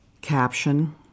Caption